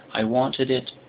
i wanted it,